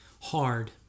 hard